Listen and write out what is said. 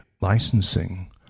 licensing